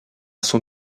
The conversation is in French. son